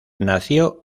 nació